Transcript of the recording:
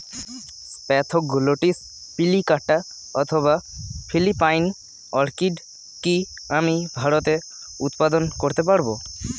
Spathoglottis plicata অথবা Philippine orchid কি আমি ভারতে উৎপাদন করতে পারবো?